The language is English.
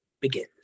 begins